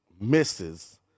misses